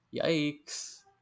Yikes